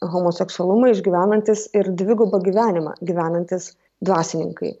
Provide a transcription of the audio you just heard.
homoseksualumą išgyvenantys ir dvigubą gyvenimą gyvenantys dvasininkai